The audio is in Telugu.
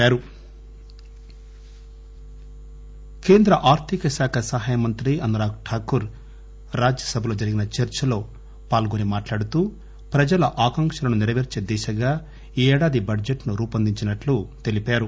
ఎన్ ఎస్ డి బడ్జెట్ కేంద్ర ఆర్దికశాఖ సహాయ మంత్రి అనురాగ్ ఠాకూర్ రాజ్యసభలో జరిగిన చర్చలో పాల్గొని మాట్లాడుతూ ప్రజల ఆకాంక్షలను సెరవెర్చే దిశగా ఈ ఏడాది బడ్జెట్ ను రూపొందించినట్లు తెలిపారు